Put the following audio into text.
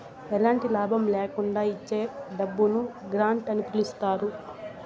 ఎలాంటి లాభం ల్యాకుండా ఇచ్చే డబ్బును గ్రాంట్ అని పిలుత్తారు